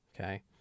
okay